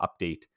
update